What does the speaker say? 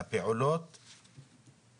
"לפעולות" את המילים: